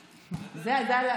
בסדר?